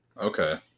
Okay